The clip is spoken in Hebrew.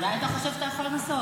אולי אתה חושב שאתה יכול לנסות.